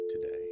today